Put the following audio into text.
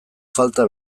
falta